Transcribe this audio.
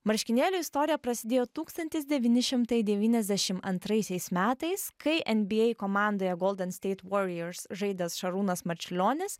marškinėlių istorija prasidėjo tūkstantis devyni šimtai devyniasdešim antraisiais metais kai nba komandoje golden state warriors žaidęs šarūnas marčiulionis